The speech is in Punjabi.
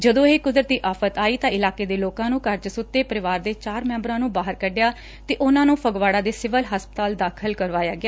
ਜਦੋਂ ਇਹ ਕੁਦਰਤੀ ਆਫਤ ਆਈ ਤਾਂ ਇਲਾਕੇ ਦੇ ਲੋਕਾਂ ਨੇ ਘਰ 'ਚ ਸੁੱਤੇ ਪਰਿਵਾਰ ਦੇ ਚਾਰ ਮੈਂਬਰਾਂ ਨੂੰ ਬਾਹਰ ਕੱਢਿਆ ਤੇ ਉਨਾਂ ਨੁੰ ਫਗਵਾੜਾ ਦੇ ਸਿਵਲ ਹਸਪਤਾਲ ਦਾਖਲ ਕਰਵਾਇਆ ਗਿਆ